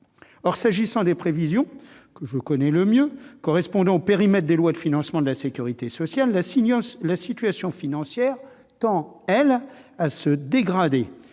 Or, s'agissant des prévisions que je connais le mieux, correspondant au périmètre des lois de financement de la sécurité sociale, la situation financière tend, elle, à se dégrader,